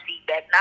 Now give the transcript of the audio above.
feedback